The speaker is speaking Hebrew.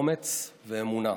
אומץ ואמונה.